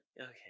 Okay